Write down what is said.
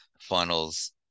funnels